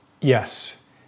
yes